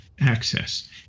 access